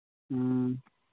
ꯎꯝ